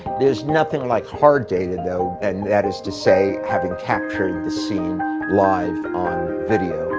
there's nothing like hard data, though, and that is to say, having captured the scene live on video.